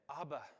Abba